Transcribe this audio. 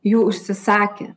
jų užsisakė